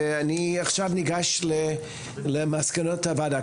אני ניגש למסקנות הוועדה.